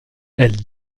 elles